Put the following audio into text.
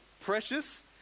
precious